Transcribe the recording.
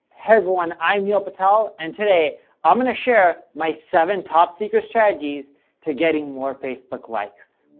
hey, everyone. i'm neil patel and today i'm going to share my seven top secret strategies to getting more facebook likes.